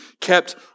kept